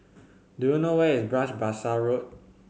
do you know where is Bras Basah Road